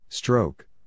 Stroke